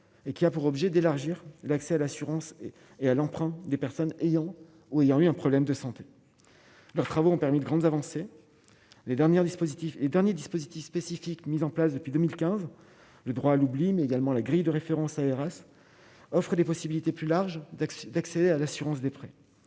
et qui a pour objet d'élargir l'accès à l'assurance et et à l'emprunt des personnes ayant où il y a eu un problème de santé, leurs travaux ont permis de grandes avancées, les dernières dispositif et dernier dispositif spécifique mis en place depuis 2015 le droit à l'oubli mais également la grille de référence à Heras offrent des possibilités plus large d'accès d'accès à l'assurance des prêts